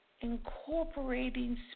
Incorporating